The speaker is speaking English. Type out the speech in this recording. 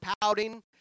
pouting